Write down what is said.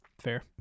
Fair